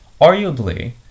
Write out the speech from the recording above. Arguably